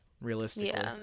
realistically